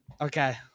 okay